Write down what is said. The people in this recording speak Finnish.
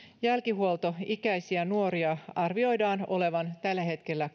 jälkihuoltoikäisiä nuoria arvioidaan olevan tällä hetkellä